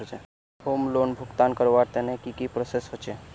Home loan भुगतान करवार तने की की प्रोसेस होचे?